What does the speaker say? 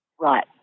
Right